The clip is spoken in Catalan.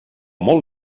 molt